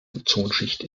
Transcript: ozonschicht